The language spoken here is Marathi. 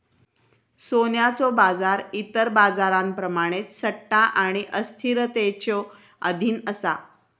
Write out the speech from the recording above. सोन्याचो बाजार इतर बाजारांप्रमाणेच सट्टा आणि अस्थिरतेच्यो अधीन असा